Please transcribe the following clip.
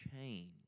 change